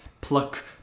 pluck